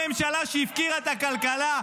זאת הממשלה שהפקירה את הכלכלה.